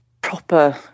proper